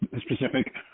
specific